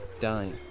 dying